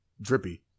drippy